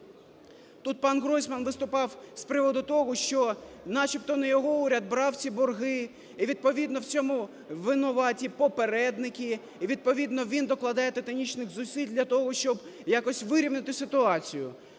Тут пан Гройсман виступав з приводу того, що начебто не його уряд брав ці борги і відповідно в цьому винуваті попередники, і відповідно він докладає титанічних зусиль для того, щоб якось вирівняти ситуацію.